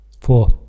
Four